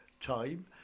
time